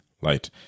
light